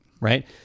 right